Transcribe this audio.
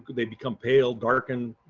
they become pale, darken,